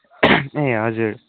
ए हजुर